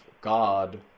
God